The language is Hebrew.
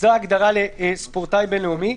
הגדרה לספורטאי בין-לאומי.